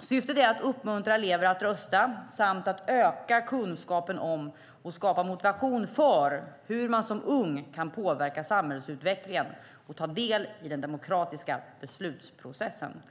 Syftet är att uppmuntra elever att rösta samt att öka kunskapen om, och skapa motivation för, hur man som ung kan påverka samhällsutvecklingen och ta del i den demokratiska beslutsprocessen.